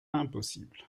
impossible